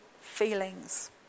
feelings